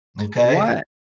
Okay